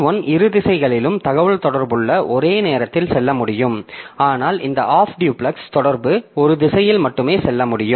P1 இரு திசைகளிலும் தகவல்தொடர்புகள் ஒரே நேரத்தில் செல்ல முடியும் ஆனால் இந்த ஆஃப் டியூப்லெக்ஸ் தொடர்பு ஒரு திசையில் மட்டுமே செல்ல முடியும்